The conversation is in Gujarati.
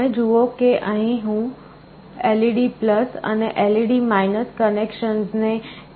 તમે જુઓ કે હું LED અને LED કનેક્શન્સને કનેક્ટ કરું છું